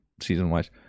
season-wise